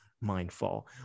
mindful